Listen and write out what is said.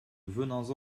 venons